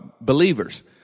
believers